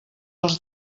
els